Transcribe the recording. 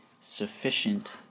sufficient